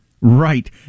Right